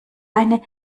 eine